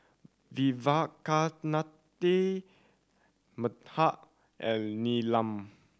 Vivekananda Medha and Neelam